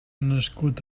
nascut